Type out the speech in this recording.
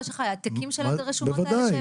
יש לך העתקים של הרשומות האלה?